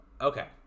Okay